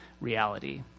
reality